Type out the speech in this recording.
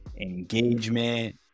engagement